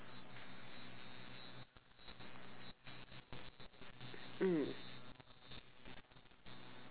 mm